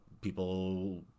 people